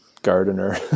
Gardener